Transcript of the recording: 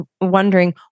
wondering